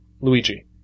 Luigi